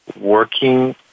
working